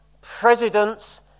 presidents